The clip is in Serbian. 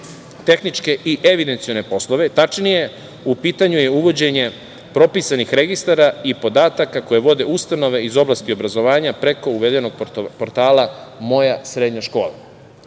tehničke i evidencione poslove, tačnije, u pitanju je uvođenje propisanih registara i podataka koje vode ustanove iz oblasti obrazovanja preko uvedenog portala „Moja srednja škola“.Sve